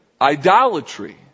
idolatry